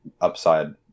upside